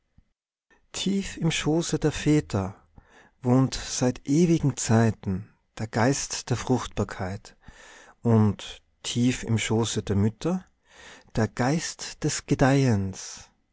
tief im schoße der väter wohnt seit ewigen zeiten der geist der fruchtbarkeit und tief im schoße der mütter der geist des gedeihens